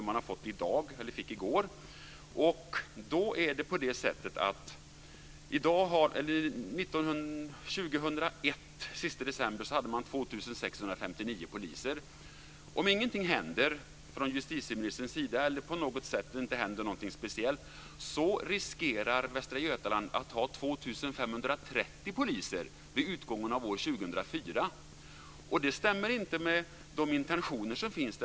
Man fick siffrorna i går. Den sista december 2001 hade man 2 659 poliser. Om ingenting händer från justitieministerns sida eller om det på annat sätt inte händer någonting speciellt så riskerar Västra 2004. Det stämmer inte med de intentioner som finns.